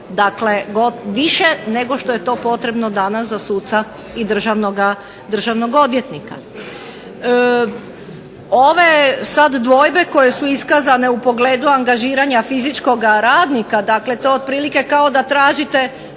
dakle više nego je to potrebno za suca i državnog odvjetnika. Ove sada dvojbe koje su iskazane u pogledu angažiranja fizičkog radnika dakle to otprilike kao da tražite